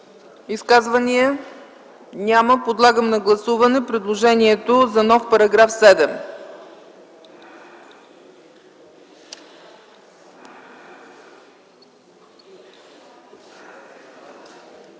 Изказвания? Няма. Подлагам на гласуване предложението за нов § 7.